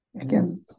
again